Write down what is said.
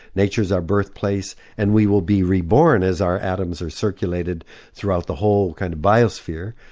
nature is our birth place and we will be reborn as our atoms our circulated throughout the whole kind of biosphere.